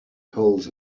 colds